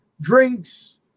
drinks